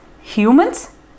humans